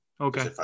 Okay